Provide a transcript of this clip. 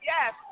Yes